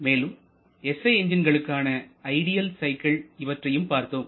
மேலும் SI எஞ்ஜின்களுக்கான ideal cycle இவற்றையும் பார்த்தோம்